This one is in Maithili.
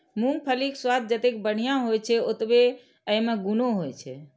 मूंगफलीक स्वाद जतेक बढ़िया होइ छै, ओतबे अय मे गुणो होइ छै